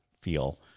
feel